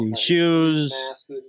shoes